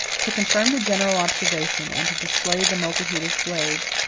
to confirm the general observation, and to display the multitude of slaves,